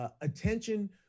Attention